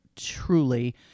truly